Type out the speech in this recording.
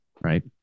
right